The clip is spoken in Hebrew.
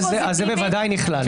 זה בוודאי נכלל.